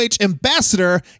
ambassador